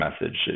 message